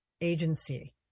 agency